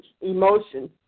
emotion